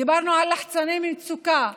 דיברנו על לחצני מצוקה,